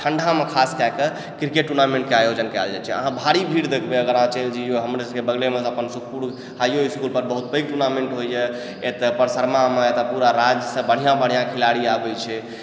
ठण्ढ़ामे खास कए कऽ क्रिकेट टूर्नामेन्टकेँ आयोजन कयल जाइत छै अहाँ भरी भीड़ देखबै अगर अहाँ चलि जैइयौ हमरे सबसँ बगलमे सुखपुरमे हाइयो इसकुलमे बहुत पैघ स्तरपर टुर्नामेण्ट एतऽ परसरमामे एतऽ पूरा राज्यसँ बहुत बढ़िआँ बढ़िआँ खेलाड़ी आबै छै